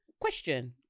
Question